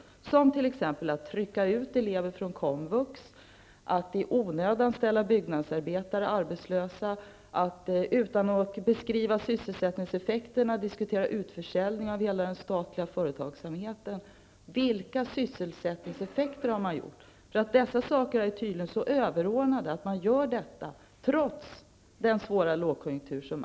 Det gäller t.ex. att trycka ut elever från komvux, att i onödan ställa byggnadsarbetare arbetslösa och att utan att beskriva sysselsättningseffekterna diskutera utförsäljning av hela den statliga företagsamheten. Vilka analyser av sysselsättningseffekter har man gjort? Dessa saker är ju tydligen så överordnade att man gör detta trots den svåra lågkonjunkturen.